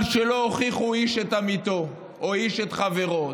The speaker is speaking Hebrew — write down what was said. שלא הוכיחו איש את עמיתו או איש את חברו.